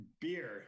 beer